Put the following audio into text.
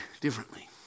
differently